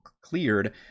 cleared